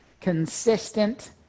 consistent